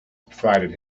provided